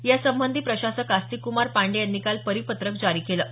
यासंबंधी प्रशासक आस्तिक कुमार पांडेय यांनी काल परिपत्रक जारी केलं आहे